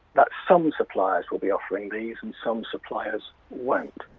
that some suppliers will be offering these and some suppliers won't